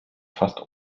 fast